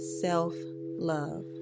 self-love